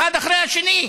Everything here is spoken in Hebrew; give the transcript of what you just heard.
אחד אחרי השני.